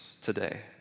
today